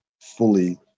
fully